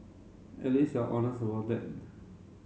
at least you're honest about that